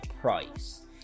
Price